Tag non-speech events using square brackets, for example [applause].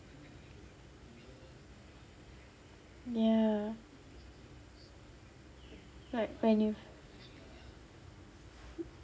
ya like pioneer [laughs]